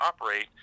operate